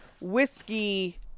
whiskey